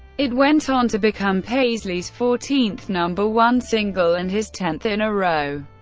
it went on to become paisley's fourteenth number one single and his tenth in a row.